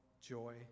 joy